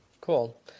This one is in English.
Cool